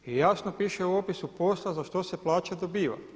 I jasno piše u opisu posla za što se plaća dobiva.